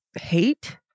hate